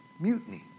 Mutiny